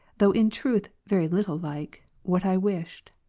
though in truth very little like, what i wished.